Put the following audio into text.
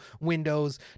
Windows